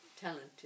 talented